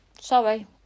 sorry